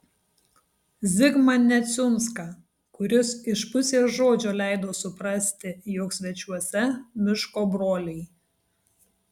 zigmą neciunską kuris iš pusės žodžio leido suprasti jog svečiuose miško broliai